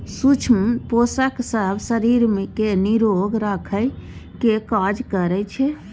सुक्ष्म पोषक सब शरीर केँ निरोग राखय केर काज करइ छै